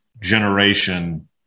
generation